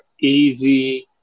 easy